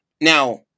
Now